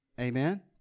Amen